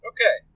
Okay